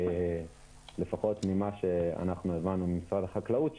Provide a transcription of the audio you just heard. לפחות ממה שהבנו ממשרד החקלאות,